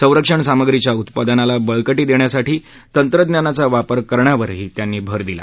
संरक्षण सामग्रीच्या उत्पादनाला बळकटी देण्यासाठी तंत्रज्ञानाचा वापर करण्यावरही त्यांनी भार दिला